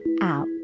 out